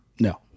No